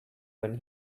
when